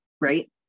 right